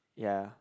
ya